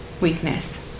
weakness